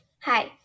Hi